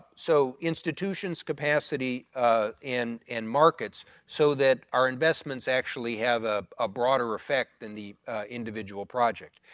so institutions' capacity in in markets so that our investments actually have a ah broader effect than the individual project.